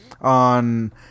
on